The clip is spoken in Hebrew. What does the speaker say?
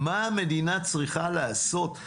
מה המדינה צריכה לעשות.